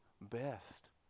best